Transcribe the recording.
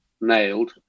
nailed